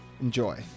Enjoy